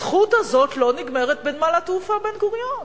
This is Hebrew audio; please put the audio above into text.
הזכות הזאת לא נגמרת בנמל התעופה בן-גוריון.